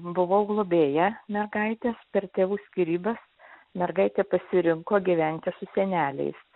buvau globėja mergaitės per tėvų skyrybas mergaitė pasirinko gyventi su seneliais